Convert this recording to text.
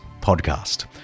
podcast